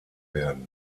werden